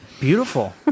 Beautiful